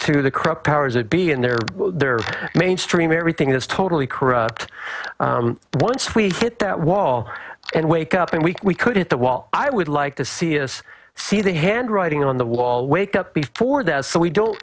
to the crop powers that be in their mainstream everything is totally corrupt but once we hit that wall and wake up and we we could hit the wall i would like to see us see the handwriting on the wall wake up before that so we don't